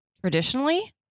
traditionally